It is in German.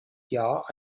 jahr